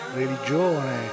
religione